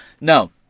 No